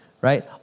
right